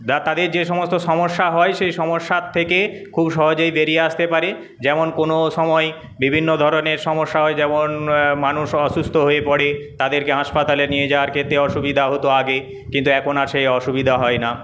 তাদের যেসমস্ত সমস্যা হয় সেই সমস্যার থেকে খুব সহজেই বেরিয়ে আসতে পারে যেমন কোনো সময়ে বিভিন্ন ধরণের সমস্যা হয় যেমন মানুষ অসুস্থ হয়ে পরে তাদেরকে হাসপাতালে নিয়ে যাওয়ার ক্ষেত্রে অসুবিধা হত আগে কিন্তু এখন আর সেই অসুবিধা হয় না